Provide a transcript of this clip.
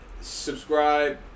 Subscribe